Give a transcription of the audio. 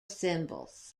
symbols